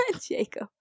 Jacob